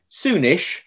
soonish